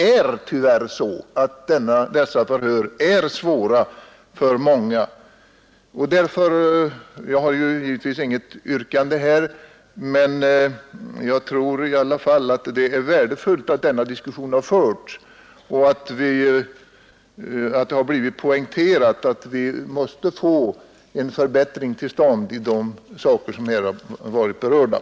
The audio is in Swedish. Men tyvärr är dessa förhör svåra för många andra. Jag har här givetvis inte något yrkande, men jag tror i alla fall att det är värdefullt att denna diskussion har förts och att det under denna poängterats att vi måste få en förbättring till stånd beträffande utredningsformen.